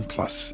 Plus